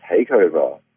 takeover